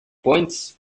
points